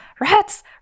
Rats